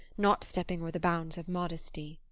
not stepping o'er the bounds of modesty.